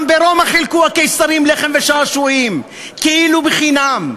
גם ברומא חילקו הקיסרים לחם ושעשועים כאילו חינם,